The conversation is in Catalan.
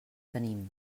tenim